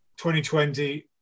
2020